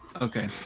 Okay